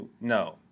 no